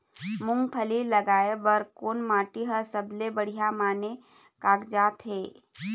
मूंगफली लगाय बर कोन माटी हर सबले बढ़िया माने कागजात हे?